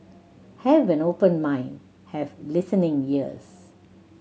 have an open mind have listening ears